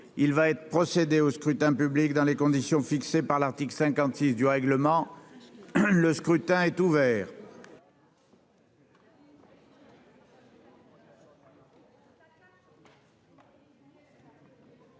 Il va être procédé au scrutin dans les conditions fixées par l'article 56 du règlement. Le scrutin est ouvert.